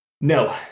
no